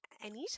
anytime